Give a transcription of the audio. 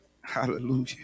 Hallelujah